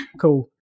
Cool